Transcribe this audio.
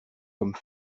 comme